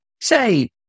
Say